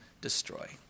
destroy